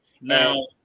now